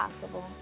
possible